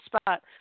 spot